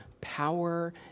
power